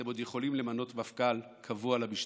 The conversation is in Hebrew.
אתם עוד יכולים למנות מפכ"ל קבוע למשטרה.